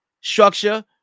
structure